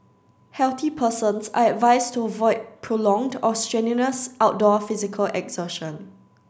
healthy persons are advised to avoid prolonged or strenuous outdoor physical exertion